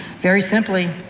very simply,